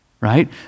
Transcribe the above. right